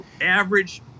average